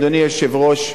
אדוני היושב-ראש,